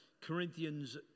Corinthians